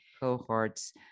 cohorts